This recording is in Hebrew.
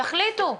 תחליטו.